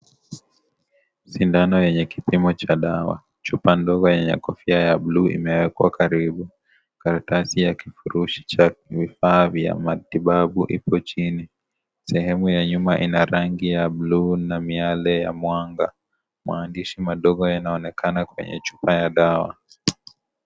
Sindano yenye kipimo cha dawa, chupa ndogo yenye kofia ya bulu imewekwa karibu, karatasi ya kifurushi cha vifaa vya matibabu ipo chini, sehemu ya nyuma ina rangi ya bulu na miale ya mwanga, maandishi madogo yanaonekana kwenye chupa ya dawa.